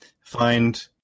find